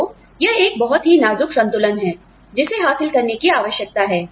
तो यह एक बहुत ही नाज़ुक संतुलन है जिसे हासिल करने की आवश्यकता है